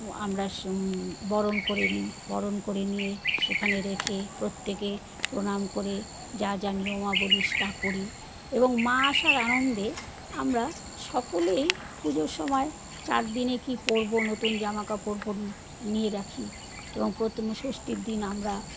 আমরা বরণ করে নিই বরণ করে নিয়ে সেখানে রেখে প্রত্যেকে প্রণাম করে যা যা নিয়মাবলি সে তা করি এবং মা আসার আনন্দে আমরা সকলেই পুজোর সময় চারদিনে কি পরবো নতুন জামা কাপড় পরি নিয়ে রাখি এবং প্রথমে ষষ্ঠীর দিন আমরা